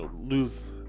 lose